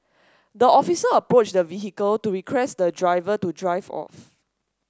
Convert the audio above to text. the officer approached the vehicle to request the driver to drive off